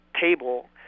table